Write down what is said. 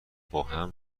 باهم